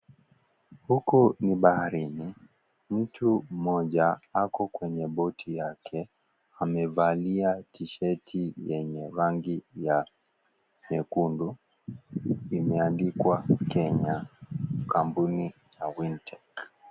Huku ni baharini, mtu mmoja ako kwenye boti yake, amevalia tisheti yenye rangi ya nyekundu imeandikwa Kenya, kampuni ya Wintech.